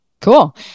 Cool